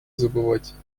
забывать